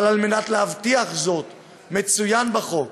אבל על מנת להבטיח זאת מצוין בחוק